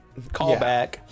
Callback